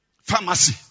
Pharmacy